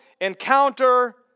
encounter